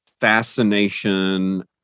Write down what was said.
fascination